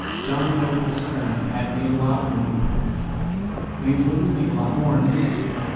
john noble sterns had made a lot of money importing silk and he was looking to make a lot more in real estate.